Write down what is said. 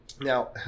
Now